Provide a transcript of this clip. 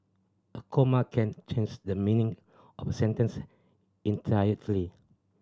a comma can change the meaning of a sentence entirely